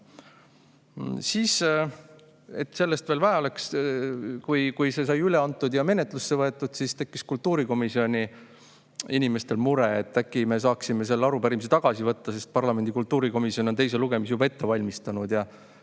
sellest veel vähe oleks, kui see sai üle antud ja menetlusse võetud, siis tekkis kultuurikomisjoni inimestel mure. [Nad palusid], et äkki me saaksime selle arupärimise tagasi võtta, sest parlamendi kultuurikomisjon on [eelnõu] teise lugemise juba ette valmistanud ja